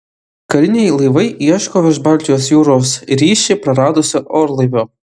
kariniai laivai ieško virš baltijos jūros ryšį praradusio orlaivio